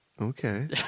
Okay